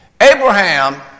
Abraham